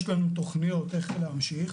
יש לנו תוכניות איך להמשיך.